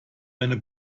eine